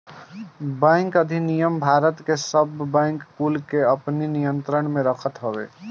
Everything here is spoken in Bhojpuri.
बैंक अधिनियम भारत के सब बैंक कुल के अपनी नियंत्रण में रखत हवे